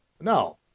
No